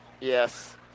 yes